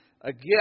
again